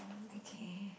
okay